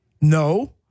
No